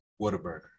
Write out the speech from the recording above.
Whataburger